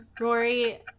Rory